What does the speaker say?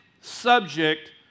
subject